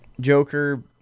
Joker